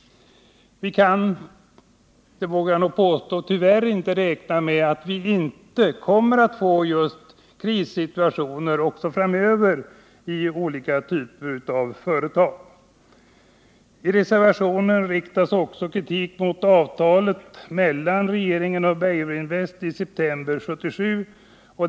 Vi kan —det vågar jag nog påstå —- tyvärr inte räkna med att man inte kommer att få krissituationer också framöver i olika typer av företag. I reservationen riktas också kritik mot avtalet mellan regeringen och Beijerinvest i september 1977.